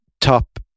top